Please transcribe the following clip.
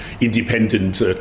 independent